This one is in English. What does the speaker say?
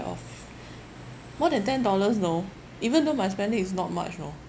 of more than ten dollars you know even though my spending is not much you know